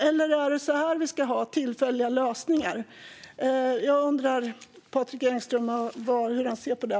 Eller ska vi ha tillfälliga lösningar? Jag undrar hur Patrik Engström ser på det.